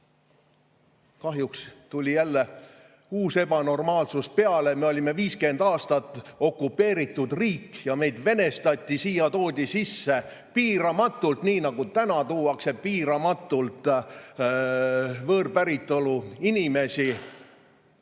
tuli jälle uus ebanormaalsus peale. Me olime 50 aastat okupeeritud riik ja meid venestati. Siia toodi sisse piiramatult, nii nagu ka täna tuuakse piiramatult võõrpäritolu inimesi.